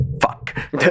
Fuck